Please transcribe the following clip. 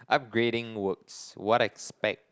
upgrading works what expect